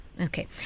Okay